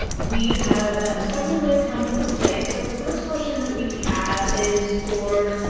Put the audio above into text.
we have several that have come this way. so the first question that we have is for